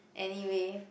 anyway